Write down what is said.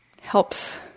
helps